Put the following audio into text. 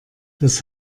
das